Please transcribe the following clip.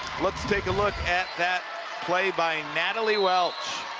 let's take a look at that play by natalie welch.